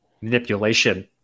manipulation